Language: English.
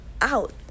out